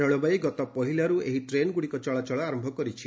ରେଳବାଇ ଗତ ପହିଲାରୁ ଏହି ଟ୍ରେନ୍ଗୁଡ଼ିକ ଚଳାଚଳ ଆରମ୍ଭ କରିଛି